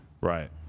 Right